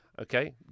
Okay